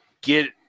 get